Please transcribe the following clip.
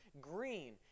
green